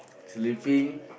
sleeping